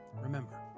Remember